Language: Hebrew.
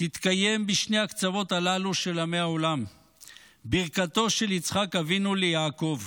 תתקיים בשני הקצוות הללו של עמי העולם ברכתו של יצחק אבינו ליעקב